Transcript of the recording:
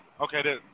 okay